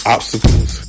Obstacles